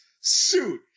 suit